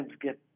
get